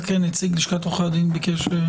נציג לשכת עורכי הדין רוצה להתייחס.